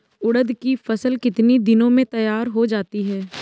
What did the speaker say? उड़द की फसल कितनी दिनों में तैयार हो जाती है?